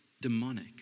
demonic